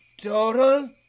Total